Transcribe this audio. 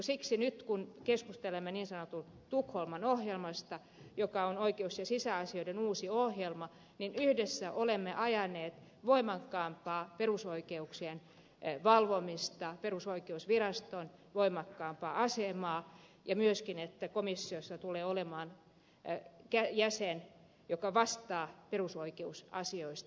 siksi nyt kun keskustelemme niin sanotusta tukholman ohjelmasta joka on oikeus ja sisäasioiden uusi ohjelma niin yhdessä olemme ajaneet voimakkaampaa perusoikeuksien valvomista perusoikeusviraston voimakkaampaa asemaa ja myöskin että komissiossa tulee olemaan jäsen joka vastaa perusoikeusasioista